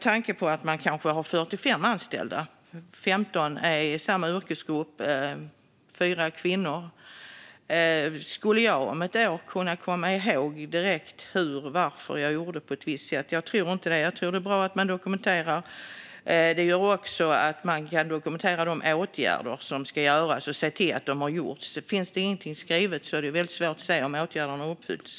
Herr talman! Om man har 45 anställda och 15 i samma yrkesgrupp varav 4 är kvinnor, kan man ett år senare komma ihåg varför man gjorde på ett visst sätt? Jag tror inte det, och därför är det bra att man dokumenterar. Då dokumenteras även de åtgärder som ska vidtas och att det har gjorts. Finns inget skrivet är det svårt att se om åtgärderna har vidtagits.